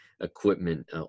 equipment